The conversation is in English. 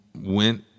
Went